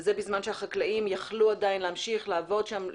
וזה בזמן שהחקלאים יכלו עדיין להמשיך לעבוד שם,